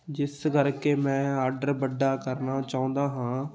ਜਿਸ ਕਰਕੇ ਮੈਂ ਆਡਰ ਵੱਡਾ ਕਰਨਾ ਚਾਹੁੰਦਾ ਹਾਂ